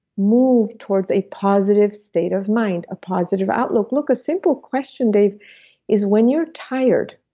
move towards a positive state of mind, a positive outlook. look, a simple question dave is when you're tired,